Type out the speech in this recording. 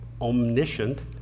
Omniscient